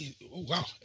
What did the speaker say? Wow